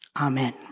amen